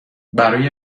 برای